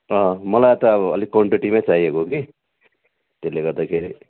अँ मलाई त अब अलिक क्वान्टिटीमा नै चाहिएको कि त्यसले गर्दाखेरि